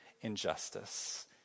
injustice